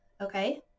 okay